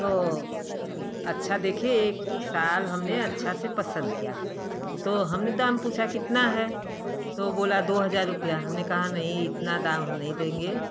तो अच्छा देखिये शाल हमने अच्छा से पसंद किया तो हमने दाम पूछा कितना है तो वो बोला दो हज़ार रुपया हमने कहा नहीं इतना दाम हम नहीं देंगे